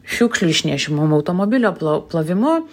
šiukšlių išnešimu automobilio plo plovimu